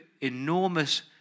enormous